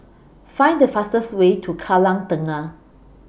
Find The fastest Way to Kallang Tengah